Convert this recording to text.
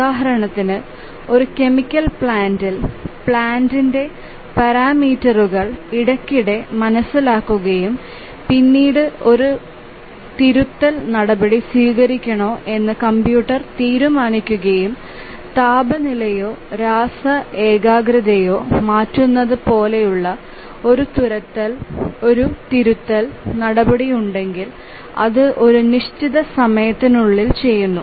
ഉദാഹരണത്തിന് ഒരു കെമിക്കൽ പ്ലാന്റിൽ പ്ലാന്റിടെ പാരാമീറ്ററുകൾ ഇടയ്ക്കിടെ മനസ്സിലാക്കുകയും പിന്നീട് ഒരു തിരുത്തൽ നടപടി സ്വീകരിക്കണോ എന്ന് കമ്പ്യൂട്ടർ തീരുമാനിക്കുകയും താപനിലയോ രാസ ഏകാഗ്രതയോ മാറ്റുന്നത് പോലുള്ള ഒരു തിരുത്തൽ നടപടി ഉണ്ടെങ്കിൽ അത് ഒരു നിശ്ചിത സമയത്തിനുള്ളിൽ ചെയ്യുന്നു